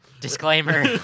Disclaimer